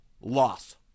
loss